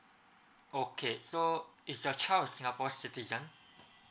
okay so is your child a singapore citizen